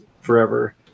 forever